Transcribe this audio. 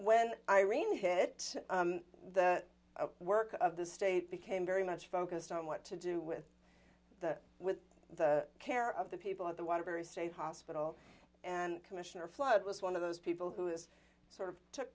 when irene hit the work of the state became very much focused on what to do with the with the care of the people at the waterbury state hospital and commissioner flood was one of those people who is sort of took